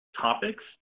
topics